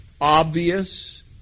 obvious